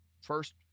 First